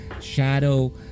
shadow